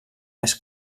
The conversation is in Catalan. més